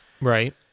Right